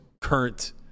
current